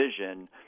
vision